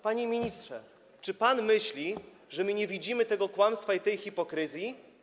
Panie ministrze, czy pan myśli, że my nie widzimy tego kłamstwa i tej hipokryzji?